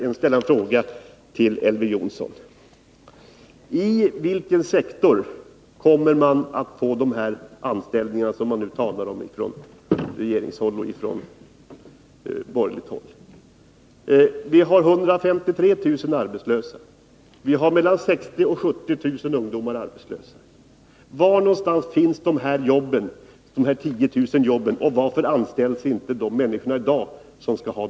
Jag vill fråga Elver Jonsson i vilken sektor man kommer att få de anställningar som det nu talas om från borgerligt håll och från regeringens sida. I detta land finns 153 000 arbetslösa, av vilka mellan 60 000 och 70 000 är ungdomar. Var finns dessa 10 000 jobb, och varför får inte människor anställning i dag?